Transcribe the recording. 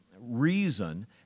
reason